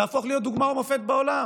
להפוך להיות דוגמה ומופת בעולם,